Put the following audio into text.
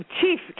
Chief